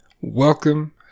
Welcome